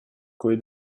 coi